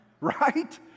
Right